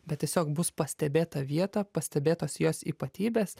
bet tiesiog bus pastebėta vieta pastebėtos jos ypatybės